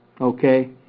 Okay